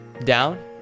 down